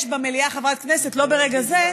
יש במליאה חברת כנסת, לא ברגע זה,